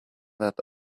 that